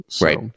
Right